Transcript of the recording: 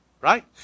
right